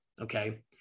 Okay